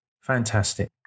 fantastic